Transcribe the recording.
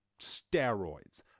steroids